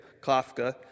Kafka